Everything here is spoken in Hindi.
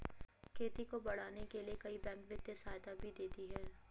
खेती को बढ़ाने के लिए कई बैंक वित्तीय सहायता भी देती है